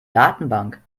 datenbank